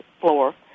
floor